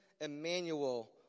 Emmanuel